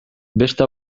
beste